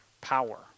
power